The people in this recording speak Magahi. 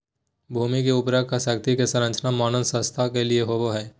भूमि की उर्वरा शक्ति के संरक्षण मानव स्वास्थ्य के लिए होबो हइ